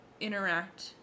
interact